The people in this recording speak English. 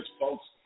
folks